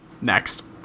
Next